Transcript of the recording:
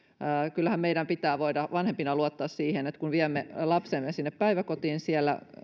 kyllähän meidän pitää voida vanhempina luottaa siihen että kun viemme lapsemme päiväkotiin siellä